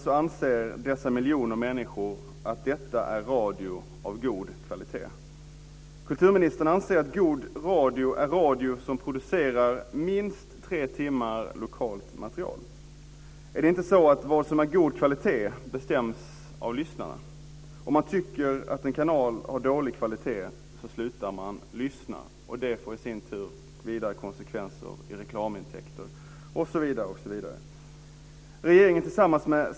Dessa miljoner människor anser onekligen att detta är radio av god kvalitet. Kulturministern anser att god radio är radio som producerar minst tre timmar lokalt material. Är det inte så att vad som är god kvalitet bestäms av lyssnarna? Om man tycker att en kanal har dålig kvalitet slutar man lyssna. Det får i sin tur konsekvenser i reklamintäkter osv.